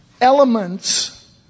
elements